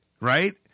right